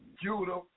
Judah